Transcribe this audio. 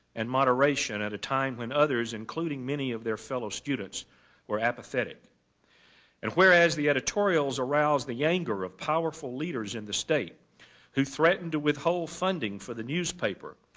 and moderation at a time when others, including many of their fellow students were apathetic and whereas the editorials aroused the anger of powerful leaders in the state who threatened to withhold funding for the newspaper,